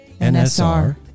NSR